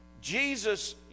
Jesus